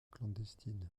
clandestine